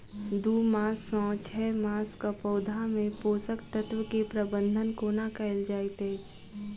दू मास सँ छै मासक पौधा मे पोसक तत्त्व केँ प्रबंधन कोना कएल जाइत अछि?